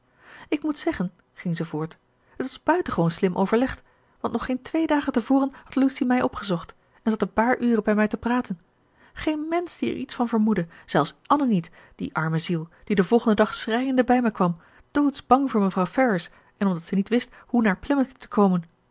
ik moet zeggen ging ze voort het was buitengewoon slim overlegd want nog geen twee dagen te voren had lucy mij opgezocht en zat een paar uren bij mij te praten geen mensch die er iets van vermoedde zelfs anne niet die arme ziel die den volgenden dag schreiende bij mij kwam doodsbang voor mevrouw ferrars en omdat ze niet wist hoe naar plymouth te komen